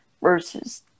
versus